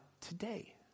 today